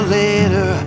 later